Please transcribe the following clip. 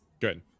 Good